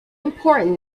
important